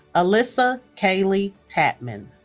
alissa kayley tatman